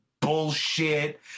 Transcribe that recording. bullshit